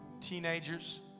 teenagers